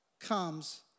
comes